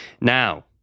Now